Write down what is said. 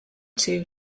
two